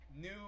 new